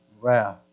wrath